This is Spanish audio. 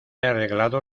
arreglado